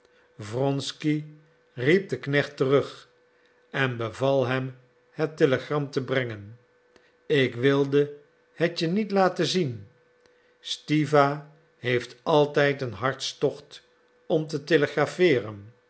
wronsky riep den knecht terug en beval hem het telegram te brengen ik wilde het je niet laten zien stiwa heeft altijd een hartstocht om te telegrafeeren